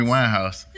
Winehouse